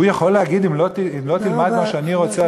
הוא יכול להגיד: אם לא תלמד מה שאני רוצה